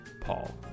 Paul